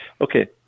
okay